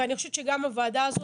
ואני חושבת שגם הוועדה הזאת,